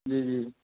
जी जी